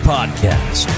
Podcast